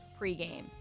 pregame